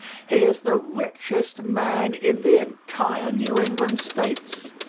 he is the richest man in the entire new england states,